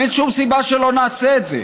אין שום סיבה שלא נעשה את זה.